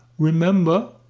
remember,